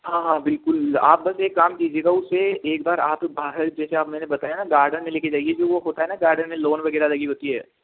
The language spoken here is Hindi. हाँ हाँ बिलकुल आप बस एक काम कीजियेगा उसे एक बार आप बाहर जैसे आप मैंने बताया गार्डन में लेके जाइये जो वो होता है ना गार्डन में लोन वगैरह लगी होती है